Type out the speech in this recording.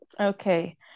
Okay